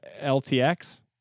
LTX